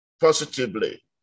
positively